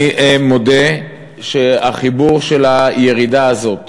אני מודה שהחיבור של הירידה הזאת